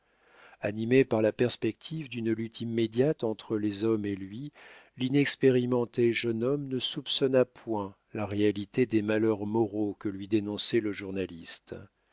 animé par la perspective d'une lutte immédiate entre les hommes et lui l'inexpérimenté jeune homme ne soupçonna point la réalité des malheurs moraux que lui dénonçait le journaliste